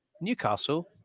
Newcastle